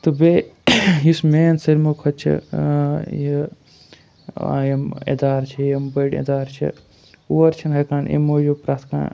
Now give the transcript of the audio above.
تہٕ بیٚیہِ یُس مین سالہِ مَو کھۄتہٕ چھِ یہِ اِدارٕ چھِ یِم بٔڑۍ اِدارٕ چھِ اور چھِنہٕ ہٮ۪کان امہِ موٗجوٗب پرٛٮ۪تھ کانٛہہ